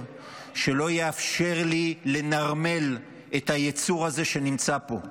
שלא יאפשר לי לנרמל את היצור הזה שנמצא פה.